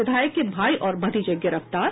विधायक के भाई और भतीजे गिरफ्तार